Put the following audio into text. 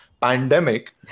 pandemic